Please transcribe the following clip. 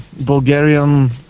Bulgarian